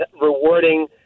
rewarding